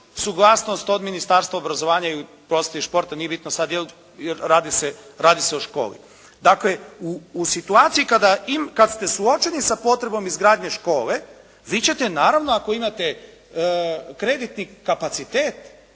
suglasnost od Ministarstva obrazovanja, prosvjete i športa, nije bitno sad, radi se o školi. Dakle, u situaciji kad ste suočeni s potrebom izgradnje škole vi ćete naravno ako imate kreditni kapacitet